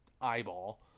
eyeball